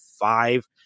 five